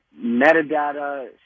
metadata